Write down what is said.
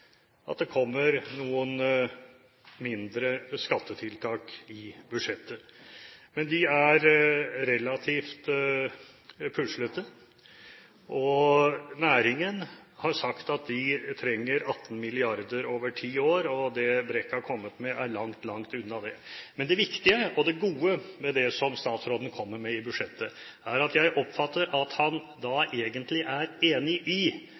at det kommer noen mindre skattetiltak i budsjettet, men de er relativt puslete, og næringen har sagt at den trenger 18 mrd. kr over ti år. Det statsråd Brekk har kommet med, er langt, langt unna det. Men det viktige og det gode med det som statsråden kommer med i budsjettet, er at jeg oppfatter at han egentlig er enig i